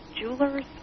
jewelers